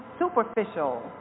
superficial